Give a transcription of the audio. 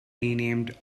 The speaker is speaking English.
renamed